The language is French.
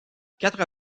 quatre